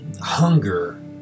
hunger